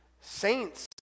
saints